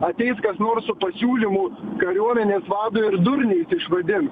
ateis kas nors su pasiūlymu kariuomenės vadui ir durniais išvadins